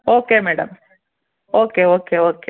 okay madam okay okay okay